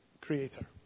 creator